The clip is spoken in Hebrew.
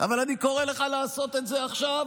אבל אני קורא לך לעשות את זה עכשיו